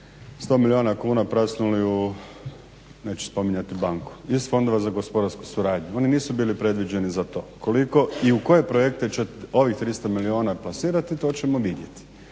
100 milijuna kuna prasnuli neću spominjati banku iz fondova za gospodarsku suradnju. Oni nisu bili previđeni za to, koliko i u koje projekte ćete ovih 300 milijuna plasirati to ćemo vidjeti.